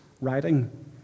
writing